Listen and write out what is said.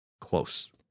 close